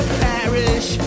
parish